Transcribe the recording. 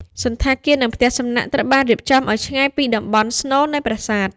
សណ្ឋាគារ និងផ្ទះសំណាក់ត្រូវបានរៀបចំឱ្យឆ្ងាយពីតំបន់ស្នូលនៃប្រាសាទ។